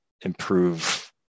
improve